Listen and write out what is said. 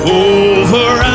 over